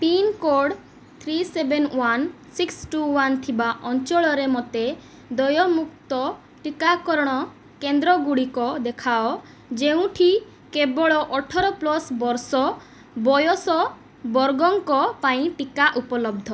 pincode three seven one six two one ଥିବା ଅଞ୍ଚଳରେ ମୋତେ ଦୟମୁକ୍ତ ଟିକାକରଣ କେନ୍ଦ୍ର ଗୁଡ଼ିକ ଦେଖାଅ ଯେଉଁଠି କେବଳ ଅଠର ପ୍ଲସ୍ ବର୍ଷ ବୟସ ବର୍ଗଙ୍କ ପାଇଁ ଟିକା ଉପଲବ୍ଧ